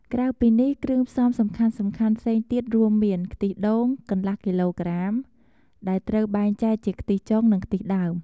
ក្រៅពីនេះ គ្រឿងផ្សំសំខាន់ៗផ្សេងទៀតរួមមាន ខ្ទិះដូង កន្លះគីឡូក្រាម ដែលត្រូវបែងចែកជាខ្ទិះចុង និងខ្ទិះដើម។